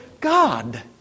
God